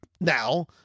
now